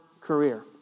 career